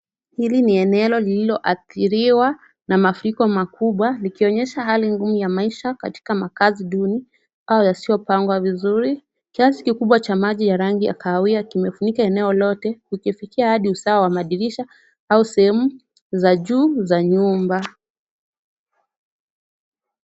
Hili ni eneo lililoathiriwa na mafuriko makubwa likionyesha hali ngumu ya maisha katika makazi duni au yasiyopangwa vizuri. Kiasi kikubwa ya rangi ya kahawia imefunifika eneo lote ikifikia hadi usawa wa madirisha au sehemu za juu za nyumba.